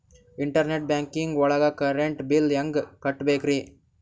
Internet banking ಒಳಗ್ current bill ಹೆಂಗ್ ಕಟ್ಟ್ ಬೇಕ್ರಿ?